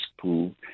pool